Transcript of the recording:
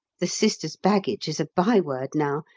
the sisters' baggage is a byword now,